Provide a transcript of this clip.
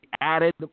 added